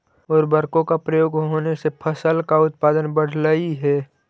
उर्वरकों का प्रयोग होने से फसल का उत्पादन बढ़लई हे